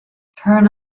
turn